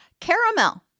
Caramel